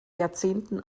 jahrzehnten